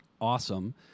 awesome